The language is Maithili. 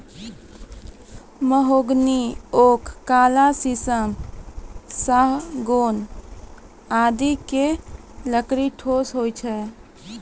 महोगनी, ओक, काला शीशम, सागौन आदि के लकड़ी ठोस होय छै